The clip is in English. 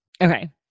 Okay